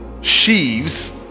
sheaves